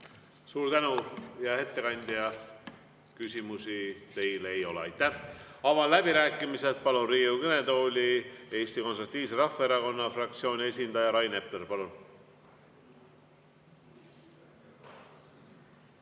Suur tänu, hea ettekandja! Küsimusi teile ei ole. Avan läbirääkimised ja palun Riigikogu kõnetooli Eesti Konservatiivse Rahvaerakonna fraktsiooni esindaja Rain Epleri. Palun!